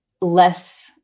less